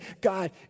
God